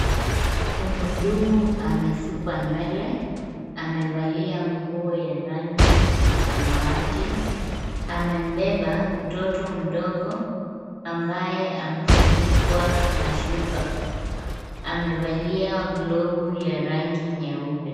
Mhudumu amesukwa nywele. Amevalia nguo ya rangi ya samawati. Amembeba mtoto mdogo ambaye amefunikwa na shuka. Amevalia glovu ya rangi nyeupe.